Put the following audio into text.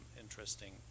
interesting